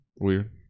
Weird